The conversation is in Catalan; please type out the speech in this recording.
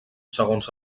segons